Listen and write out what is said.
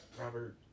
Robert